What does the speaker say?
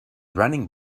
running